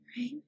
right